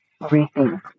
rethink